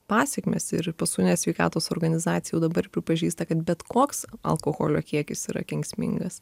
pasekmes ir pasaulinė sveikatos organizacija jau dabar pripažįsta kad bet koks alkoholio kiekis yra kenksmingas